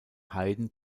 heiden